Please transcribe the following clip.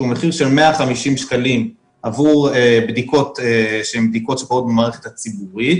מחיר של 150 שקלים עבור בדיקות שקורות במערכת הציבורית.